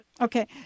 Okay